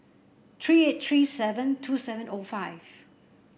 three eight three seven two seven O five